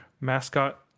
mascot